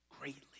greatly